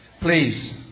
please